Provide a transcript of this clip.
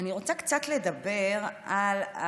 רוצה קצת לדבר על,